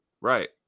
Right